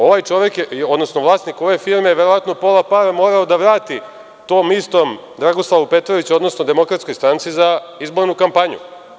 Ovaj čovek, odnosno vlasnik ove firme je verovatno pola para morao da vrati tom istom Dragoslavu Petroviću, odnosno DS, za izbornu kampanju.